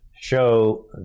show